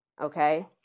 Okay